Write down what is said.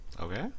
okay